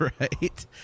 right